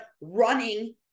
running